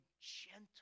gentle